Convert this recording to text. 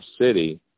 city